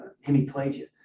hemiplegia